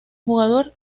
jugador